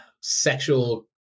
sexual